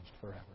forever